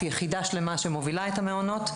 יחידה שלמה שמובילה את המעונות.